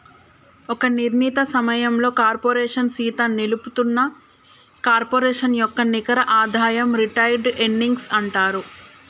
ఒక నిర్ణీత సమయంలో కార్పోరేషన్ సీత నిలుపుతున్న కార్పొరేషన్ యొక్క నికర ఆదాయం రిటైర్డ్ ఎర్నింగ్స్ అంటారు